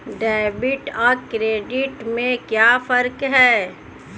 Debit और credit में क्या फर्क है?